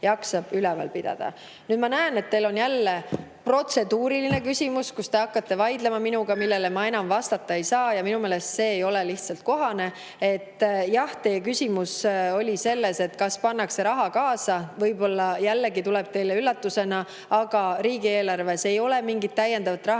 jaksab üleval pidada. Nüüd ma näen, et teil on jälle protseduuriline küsimus, kus te hakkate minuga vaidlema ja millele ma enam vastata ei saa. Minu meelest see ei ole lihtsalt kohane. Jah, teie küsimus oli, kas pannakse raha kaasa. Võib-olla jällegi tuleb teile üllatusena, et riigieelarves ei ole mingit täiendavat raha, mida